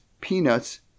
Peanuts